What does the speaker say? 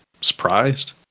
surprised